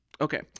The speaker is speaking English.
Okay